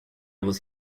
was